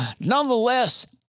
nonetheless